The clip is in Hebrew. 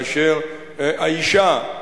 כאשר האשה,